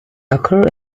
occur